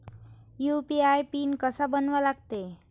UPI PIN कसा बनवा लागते?